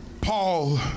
Paul